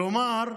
כלומר,